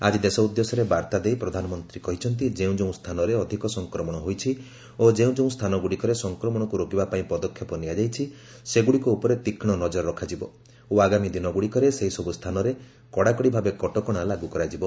ଆକି ଦେଶ ଉଦ୍ଦେଶ୍ୟରେ ବାର୍ତ୍ତା ଦେଇ ପ୍ରଧାନମନ୍ତ୍ରୀ କହିଛନ୍ତି ଯେଉଁ ଯେଉଁ ସ୍ଥାନରେ ଅଧିକ ସଂକ୍ରମଣ ହୋଇଛି ଓ ଯେଉଁ ଯେଉଁ ସ୍ଥାନଗୁଡ଼ିକରେ ସଂକ୍ରମଣକୁ ରୋକିବା ପାଇଁ ପଦକ୍ଷେପ ନିଆଯାଇଛି ସେଗୁଡ଼ିକ ଉପରେ ତୀକ୍ଷ୍ଣ ନଜର ରଖାଯିବ ଓ ଆଗାମୀ ଦିନଗୁଡ଼ିକରେ ସେହିସବୁ ସ୍ଥାନରେ କଡ଼ାକଡ଼ି ଭାବେ କଟକଣା ଲାଗୁ କରାଯିବ